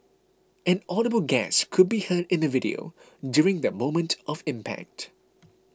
an audible gasp could be heard in the video during the moment of impact